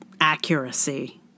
accuracy